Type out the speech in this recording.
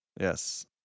Yes